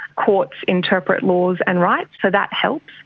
courts interpret laws and rights, so that helps.